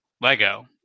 lego